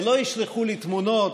ולא ישלחו לי תמונות,